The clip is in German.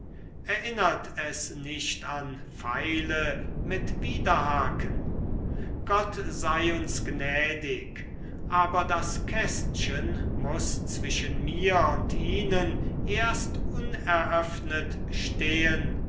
erinnert es nicht an pfeile mit widerhaken gott sei uns gnädig aber das kästchen muß zwischen mir und ihnen erst uneröffnet stehen